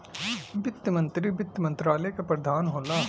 वित्त मंत्री वित्त मंत्रालय क प्रधान होला